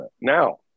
Now